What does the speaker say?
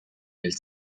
del